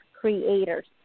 creators